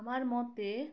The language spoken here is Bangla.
আমার মতে